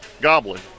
gobbling